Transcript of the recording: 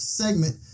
segment